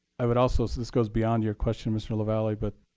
i would also so this goes beyond your question, mr. la valley, but